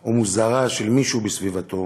או מוזרה של מישהו בסביבתו